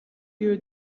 you